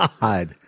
god